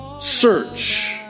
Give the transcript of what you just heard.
search